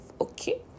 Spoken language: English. Okay